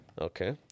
Okay